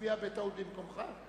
66 בעד, בצירוף קולה של אורית נוקד,